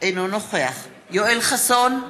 אינו נוכח יואל חסון,